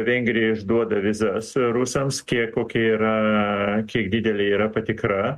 vengrija išduoda vizas rusams kiek kokia yra kiek didelė yra patikra